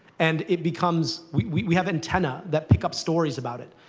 and it becomes we have antenna that pick up stories about it.